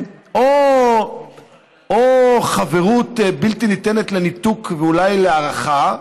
או חברות בלתי ניתנת לניתוק, ואולי להערכה,